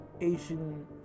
Asian